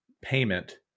payment